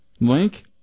Link